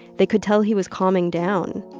they could tell he was calming down.